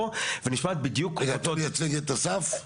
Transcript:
ונשמעת בדיוק אותו --- רגע אתה מייצג את אסף?